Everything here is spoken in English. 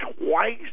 twice